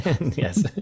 yes